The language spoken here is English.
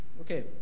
Okay